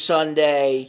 Sunday